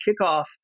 kickoff